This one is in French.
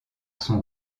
son